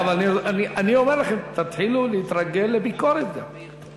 אבל אני אומר לכם: תתחילו להתרגל לביקורת, גם.